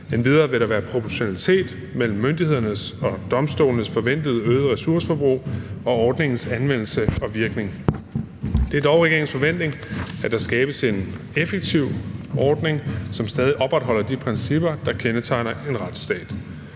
Endvidere vil der være proportionalitet mellem myndighedernes og domstolenes forventede øgede ressourceforbrug og ordningens anvendelse og virkning. Det er dog regeringens forventning, at der skabes en effektiv ordning, som stadig opretholder de principper, der kendetegner en retsstat.